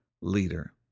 leader